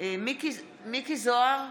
מכלוף מיקי זוהר,